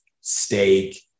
steak